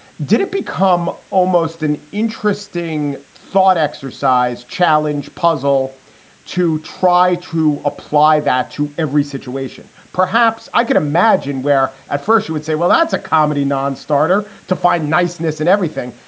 did it become almost an interesting thought, exercise, challenge, puzzle to try to apply that to every situation? perhaps i could imagine where at first you would say, well, that's a comedy non-starter to find niceness and everything,